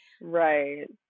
Right